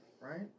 right